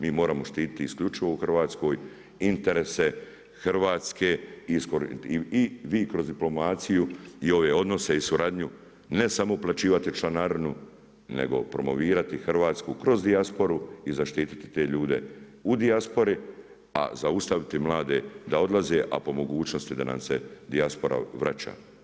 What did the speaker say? Mi moramo štititi isključivo u Hrvatskoj interese Hrvatske i vi kroz diplomaciju i ove odnose i suradnju ne samo uplaćivati članarinu nego promovirati Hrvatsku kroz dijasporu i zaštititi te ljude u dijaspori, a zaustaviti mlade da odlaze a po mogućnosti da nam se dijaspora vraća.